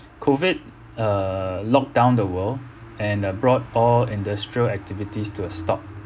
COVID uh locked down the world and uh brought all industrial activities to a stop